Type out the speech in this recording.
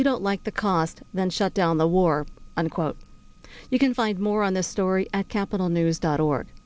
you don't like the cost then shut down the war unquote you can find more on this story at capitol news dot org